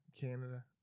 Canada